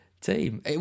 team